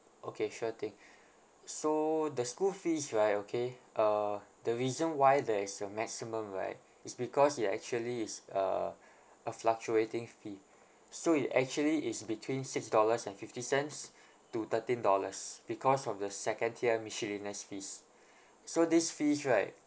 okay sure thing so the school fees right okay uh the reason why there is a maximum right is because ya actually is uh a fluctuating fee so it actually is between six dollars and fifty cents to thirteen dollars because from the second tier miscellaneous fees so these fees right